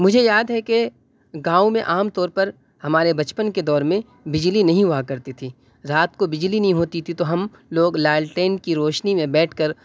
مجھے یاد ہے كہ گاؤں میں عام طور پر ہمارے بچپن کے دور میں بجلی نہیں ہوا کرتی تھی رات کو بجلی نہیں ہوتی تھی تو ہم لوگ لالٹین کی روشنی میں بیٹھ کر